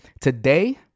Today